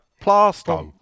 plaster